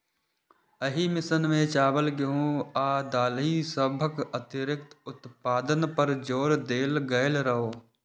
एहि मिशन मे चावल, गेहूं आ दालि सभक अतिरिक्त उत्पादन पर जोर देल गेल रहै